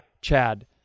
Chad